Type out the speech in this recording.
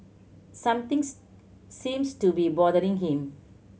something seems to be bothering him